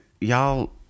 y'all